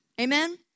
Amen